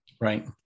Right